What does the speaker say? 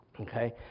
Okay